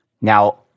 Now